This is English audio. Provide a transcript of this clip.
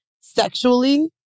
sexually